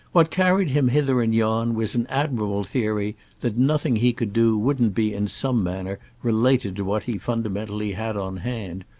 what carried him hither and yon was an admirable theory that nothing he could do wouldn't be in some manner related to what he fundamentally had on hand,